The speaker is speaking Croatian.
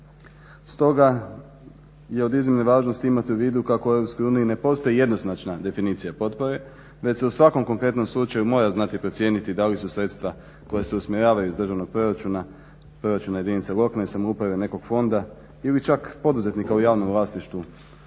Stoga je od iznimne važnosti imati u vidu kako u EU ne postoji jednoznačna definicija potpore već se u svakom konkretnom slučaju mora znati procijeniti da li su sredstva koja se usmjeravaju iz državnog proračuna, proračuna jedinica lokalne samouprave, nekog fonda ili čak poduzetnika u javnom vlasništvu